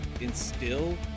instill